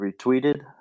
retweeted